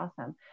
awesome